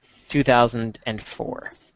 2004